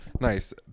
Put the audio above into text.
nice